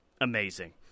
Amazing